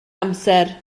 amser